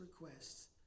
requests